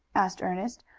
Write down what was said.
asked ernest,